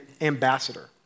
ambassador